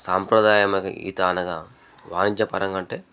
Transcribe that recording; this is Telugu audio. సాంప్రదాయమైన ఈత అనగా వాణిజ్యపరంగా అంటే